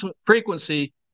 frequency